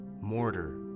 Mortar